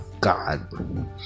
God